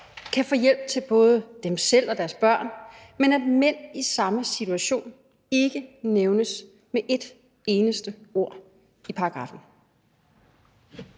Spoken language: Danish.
kan få hjælp til både dem selv og deres børn, men at mænd i samme situation ikke nævnes med et eneste ord i paragraffen?